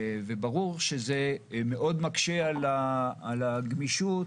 ברור שזה מקשה מאוד על הגמישות